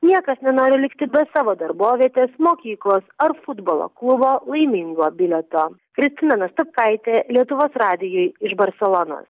niekas nenori likti be savo darbovietės mokyklos ar futbolo klubo laimingo bilieto kristina nastopkaitė lietuvos radijui iš barselonos